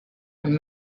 and